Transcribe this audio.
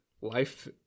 life